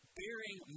bearing